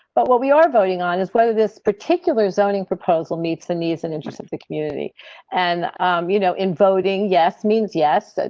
but what we are voting on is whether this particular zoning proposal meets the needs and interest the community and you know in voting yes. means yes.